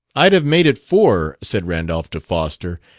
i'd have made it four, said randolph to foster,